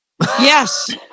Yes